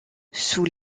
sous